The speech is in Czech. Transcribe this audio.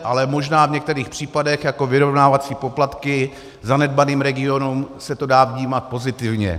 Ale možná v některých případech, jako jsou vyrovnávací poplatky zanedbaným regionům, se to dá vnímat pozitivně.